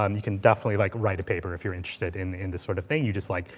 um you can definitely like write a paper, if you're interested in in this sort of thing. you just like,